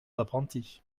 d’apprentis